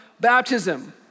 baptism